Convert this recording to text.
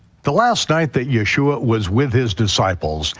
the last night that yeshua was with his disciples,